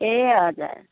ए हजुर